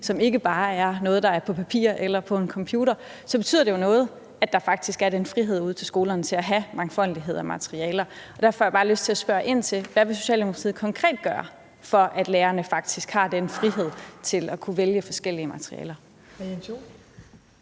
som ikke bare er noget, der er på papir eller på en computer, så betyder det jo noget, at der faktisk er den frihed ude i skolerne til at have mangfoldighed og materialer. Der får jeg bare lyst til at spørge ind til: Hvad vil Socialdemokratiet konkret gøre for, at lærerne faktisk har den frihed til at kunne vælge forskellige materialer?